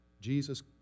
Jesus